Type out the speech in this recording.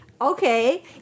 okay